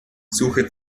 suche